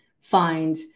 find